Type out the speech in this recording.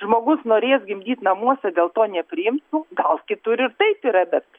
žmogus norės gimdyt namuose dėl to nepriims nu gal kitur ir taip yra bet